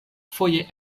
foje